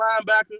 linebacker